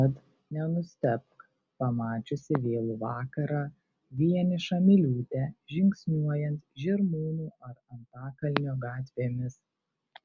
tad nenustebk pamačiusi vėlų vakarą vienišą miliūtę žingsniuojant žirmūnų ar antakalnio gatvėmis